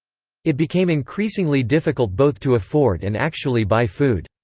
it became increasingly difficult both to afford and actually buy food.